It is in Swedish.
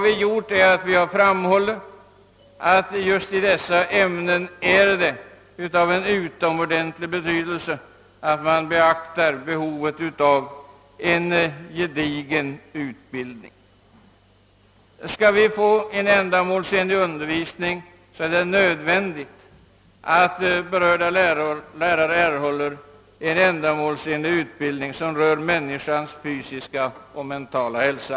Vi har framhållit att det just i dessa ämnen är av utomordentlig betydelse att man beaktar behovet av 2edigen utbildning. Om vi skall få en god undervisning är det nödvändigt att berörda lärare får ändamålsenlig utbildning rörande människans fysiska och mentala hälsa.